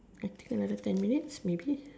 I think another ten minutes maybe